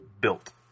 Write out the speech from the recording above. built